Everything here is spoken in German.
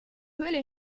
höhle